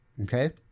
Okay